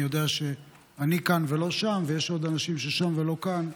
אני יודע שאני כאן ולא שם ויש עוד אנשים ששם ולא כאן.